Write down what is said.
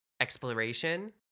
exploration